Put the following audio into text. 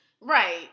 Right